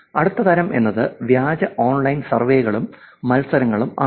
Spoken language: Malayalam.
അടുത്ത തരം എന്നത് വ്യാജ ഓൺലൈൻ സർവേകളും മത്സരങ്ങളും ആണ്